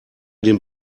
den